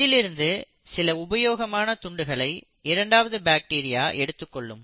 இதிலிருந்து சில உபயோகமான துண்டுகளை இரண்டாவது பாக்டீரியா எடுத்துக்கொள்ளும்